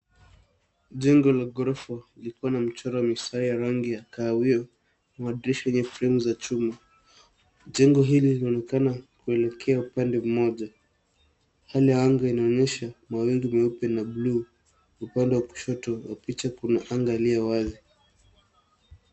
Jengo la ghorofa, likiwa na michoro misawa ya rangi ya kahawia, madirisha yenye furemu za chuma. Jengo hili linaonekana kuelekea upande mmoja. Hali ya anga inaonyesha mawingu meupe na blue . Upande wa kushoto wa picha kuna anga iliyo wazi.